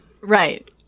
Right